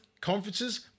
conferences